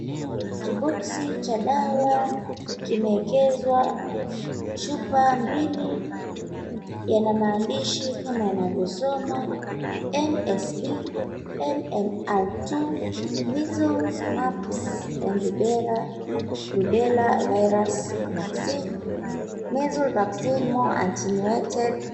Kiboksi cha dawa kimeekezwa chupa mbili, yana maandishi kama yanavyosomwa, MSD, MMR2, Measles, Mumps, and Rubella Virus Vaccine, Measles Vaccine, More Attenuated.